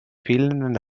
fehlenden